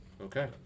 Okay